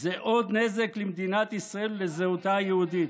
זה עוד נזק למדינת ישראל, לזהותה היהודית.